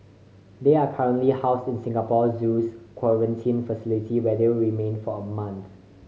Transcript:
they are currently housed in Singapore Zoo's quarantine facility where they will remain for a month